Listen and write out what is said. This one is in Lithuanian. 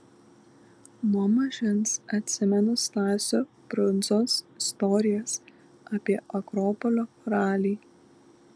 nuo mažens atsimenu stasio brundzos istorijas apie akropolio ralį